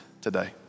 today